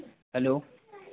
hello